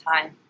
time